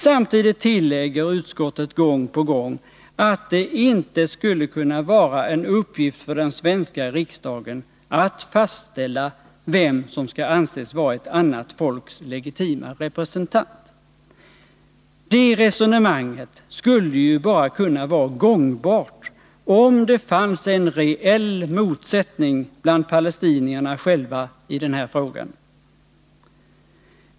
Samtidigt tillägger utskottet gång på gång att det inte skulle kunna vara en uppgift för den svenska riksdagen att fastställa vem som skall anses vara ett annat folks legitima representant. Det resonemanget skulle ju bara kunna vara gångbart om det fanns en reell motsättning bland palestinierna själva i den här frågan.